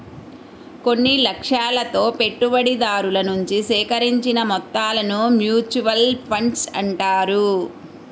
కొన్ని లక్ష్యాలతో పెట్టుబడిదారుల నుంచి సేకరించిన మొత్తాలను మ్యూచువల్ ఫండ్స్ అంటారు